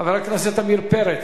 חבר הכנסת עמיר פרץ,